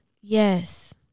Yes